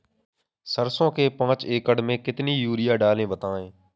सरसो के पाँच एकड़ में कितनी यूरिया डालें बताएं?